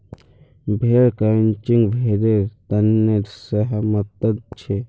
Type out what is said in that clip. भेड़ेर क्रचिंग भेड़ेर तने सेहतमंद छे